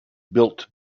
built